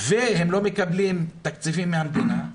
והוא לא מקבלת תקציבים מהמדינה.